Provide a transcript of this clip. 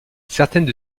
certaines